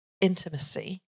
intimacy